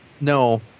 no